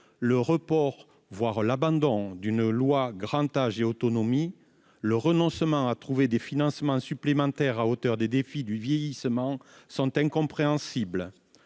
le report, voire l'abandon, d'une loi Grand Âge et autonomie, autrement dit le renoncement à trouver des financements supplémentaires à la hauteur des défis du vieillissement, est incompréhensible.